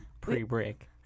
pre-break